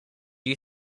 you